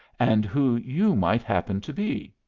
and who you might happen to be?